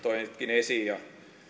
esiin